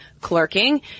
clerking